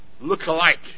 look-alike